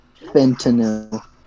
Fentanyl